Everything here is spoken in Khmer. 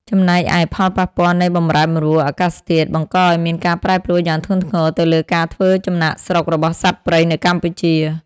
ចំណែកឯ ផលប៉ះពាល់នៃបម្រែបម្រួលអាកាសធាតុ បង្កឱ្យមានការប្រែប្រួលយ៉ាងធ្ងន់ធ្ងរទៅលើការធ្វើចំណាកស្រុករបស់សត្វព្រៃនៅកម្ពុជា។